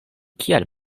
kial